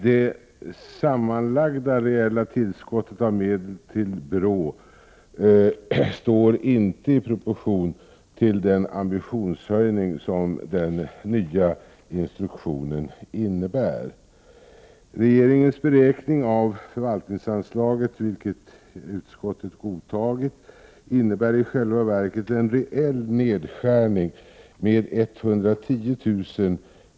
De sammanlagda reella tillskotten av medel till BRÅ står inte i proportion till den ambitionshöjning som den nya instruktionen innebär. Regeringens beräkning av förvaltningsanslaget, vilken justitieutskottet godtagit, innebär i själva verket en reell nedskärning med 110 000 kr.